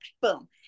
boom